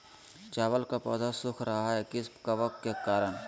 चावल का पौधा सुख रहा है किस कबक के करण?